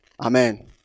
amen